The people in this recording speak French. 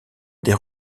des